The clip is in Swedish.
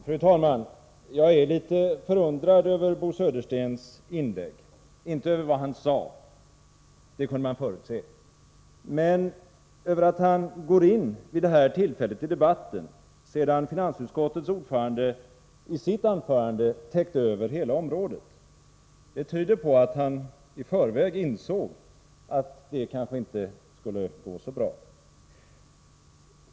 Fru talman! Jag är litet förundrad över Bo Söderstens inlägg, inte över vad han sade — det kunde man förutse — men över att han går in i debatten vid detta tillfälle, sedan finansutskottets ordförande i sitt anförande täckt hela området. Det tyder på att han i förväg insåg att det kanske inte skulle gå så bra.